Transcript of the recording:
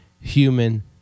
human